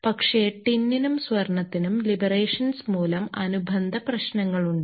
പക്ഷേ ടിന്നിനും സ്വർണ്ണത്തിനും ലിബറേഷൻസ് മൂലം അനുബന്ധ പ്രശ്നങ്ങൾ ഉണ്ട്